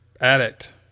addict